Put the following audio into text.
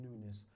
newness